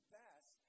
best